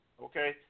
Okay